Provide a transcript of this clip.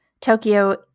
Tokyo